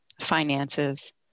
finances